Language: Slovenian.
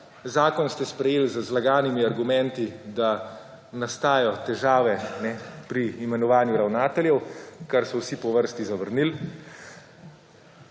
Zakon ste sprejeli z zlaganimi argumenti, da nastajajo težave pri imenovanju ravnateljev, kar so vsi po vrsti zavrnili.